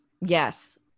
Yes